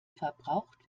verbraucht